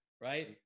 right